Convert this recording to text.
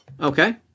Okay